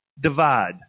Divide